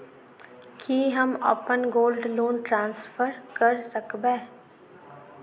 की हम अप्पन gold loan transfer करऽ सकबै?